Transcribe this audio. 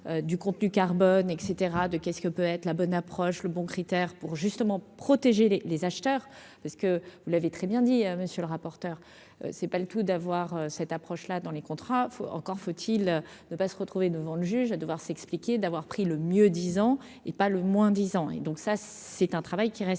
du contenu carbone et cetera de qu'est ce que peut être la bonne approche le bon critère pour justement protéger les les acheteurs parce que vous l'avez très bien dit monsieur le rapporteur, c'est pas le tout d'avoir cette approche là dans les contrats, encore faut-il ne pas se retrouver devant le juge à devoir s'expliquer d'avoir pris le mieux disant, et pas le moins dix ans et donc ça c'est un travail qui reste à